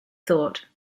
thought